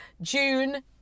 June